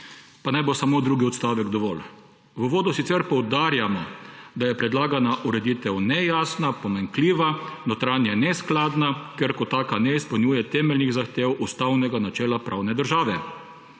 Pa naj bo samo drugi odstavek dovolj. »V uvodu sicer poudarjamo, da je predlagana ureditev nejasna, pomanjkljiva, notranje neskladna, ker kot taka ne izpolnjuje temeljnih zahtev ustavnega načela pravne države.